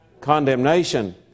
condemnation